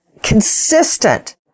Consistent